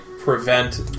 prevent